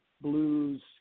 blues